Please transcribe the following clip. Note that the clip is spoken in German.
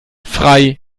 frei